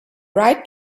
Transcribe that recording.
right